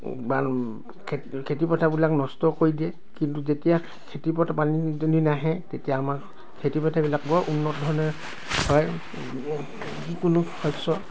বান খেত খেতি পথাৰবিলাক নষ্ট কৰি দিয়ে কিন্তু যেতিয়া খেতি পথাৰত পানী দুনি নাহে তেতিয়া আমাৰ খেতি পথাৰবিলাক বৰ উন্নত ধৰণে হয় যিকোনো শস্য